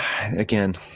again